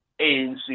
ANC